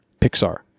Pixar